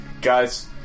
guys